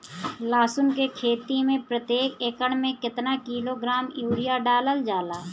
लहसुन के खेती में प्रतेक एकड़ में केतना किलोग्राम यूरिया डालल जाला?